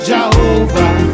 Jehovah